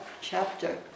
chapter